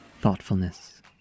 thoughtfulness